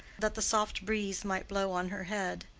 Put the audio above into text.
that the soft breeze might blow on her head.